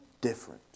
different